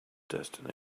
destiny